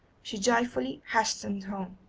she joyfully hastened home.